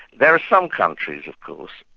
there are some countries, of course,